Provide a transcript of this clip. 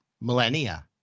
millennia